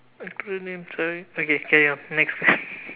acronym okay carry on next question